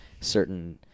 certain